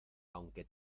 aunque